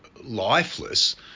lifeless